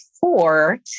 four